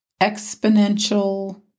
exponential